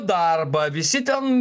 darbą visi ten